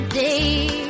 day